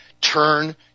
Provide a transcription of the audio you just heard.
turn